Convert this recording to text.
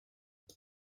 ich